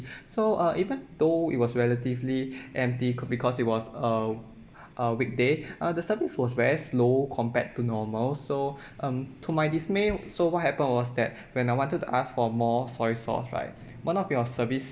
so uh even though it was relatively empty co~ because it was a uh weekday uh the service was very slow compared to normal so um to my dismay so what happened was that when I wanted to ask for more soy sauce right one of your service